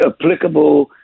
applicable